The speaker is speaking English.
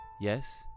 Yes